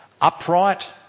Upright